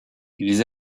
ils